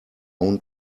own